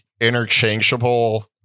interchangeable